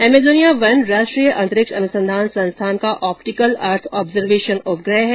Amazonia वन राष्ट्रीय अंतरिक्ष अनुसंधान संस्थान का ऑप्टिकल अर्थ ऑबर्जवेशन उपग्रह है